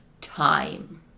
time